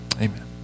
Amen